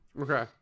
Okay